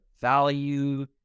value